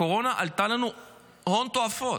הקורונה עלתה לנו הון תועפות.